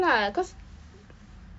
ugly